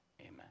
Amen